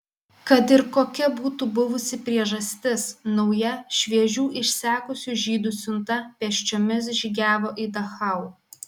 kad ir kokia būtų buvusi priežastis nauja šviežių išsekusių žydų siunta pėsčiomis žygiavo į dachau